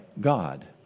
God